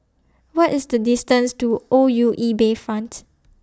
What IS The distance to O U E Bayfront